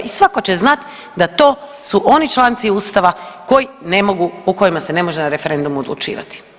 I svatko će znati da to su oni članci Ustava koji ne mogu, o kojima se ne može na referendumu odlučivati.